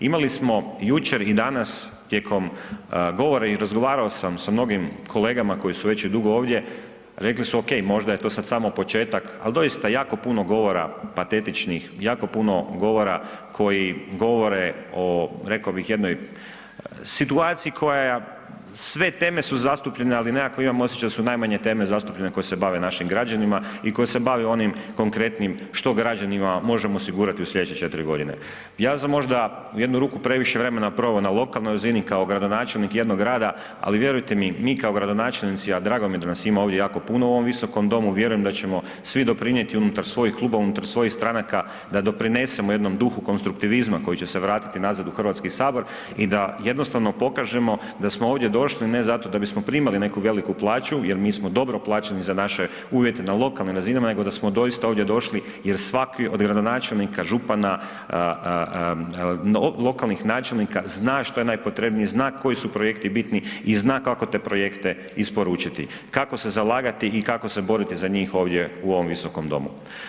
Imali smo jučer i danas tijekom govora i razgovarao sam sa mnogim kolegama koji su već i dugo ovdje, rekli su okej možda je to sad samo početak, al doista jako puno govora patetičnih, jako puno govora koji govore o, reko bih, o jednoj situaciji koja, sve teme su zastupljene, ali nekako imam osjećaj da su najmanje teme zastupljene koje se bave našim građanima i koje se bave onim konkretnim što građanima možemo osigurati u slijedeće 4.g. Ja sam možda u jednu ruku previše vremena proveo na lokalnoj razini kao gradonačelnik jednog grada, ali vjerujte mi, mi kao gradonačelnici, a drago mi je da nas ima ovdje jako puno u ovom visokom domu, vjerujem da ćemo svi doprinjeti unutar svojih klubova, unutar svojih stranaka, da doprinesemo jednom duhu konstruktivizma koji će se vratiti nazad u HS i da jednostavno pokažemo da smo ovdje došli ne zato da bismo primali neku veliku plaću jer mi smo dobro plaćeni za naše uvjete na lokalnim razinama, nego da smo doista ovdje došli jer svaki od gradonačelnika, župana, lokalnih načelnika, zna što je najpotrebnije, zna koji su projekti bitni i zna kako te projekte isporučiti, kako se zalagati i kako se boriti za njih ovdje u ovom visokom domu.